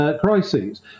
crises